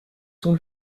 sont